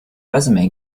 resume